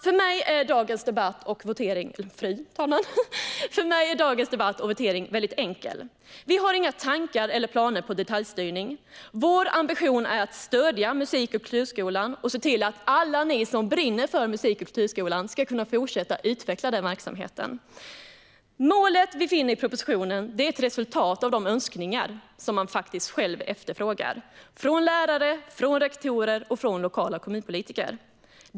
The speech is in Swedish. För mig är dagens debatt och votering väldigt enkel. Vi har inga tankar eller planer på detaljstyrning. Vår ambition är att stödja musik och kulturskolan och se till att alla ni som brinner för musik och kulturskolan ska kunna fortsätta att utveckla den verksamheten. Målet vi finner i propositionen är ett resultat av det lärare, rektorer och lokala kommunpolitiker själva efterfrågar.